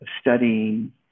studying